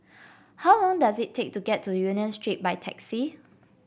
how long does it take to get to Union Street by taxi